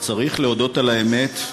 וצריך להודות על האמת,